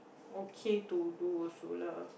okay to do also lah